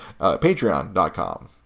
Patreon.com